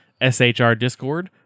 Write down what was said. shrdiscord